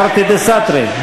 תרתי דסתרי.